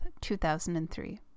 2003